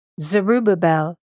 Zerubbabel